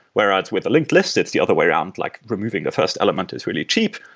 whereas with the linked list, it's the other way around, like removing the first element is really cheap,